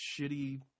shitty